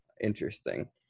interesting